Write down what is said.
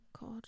God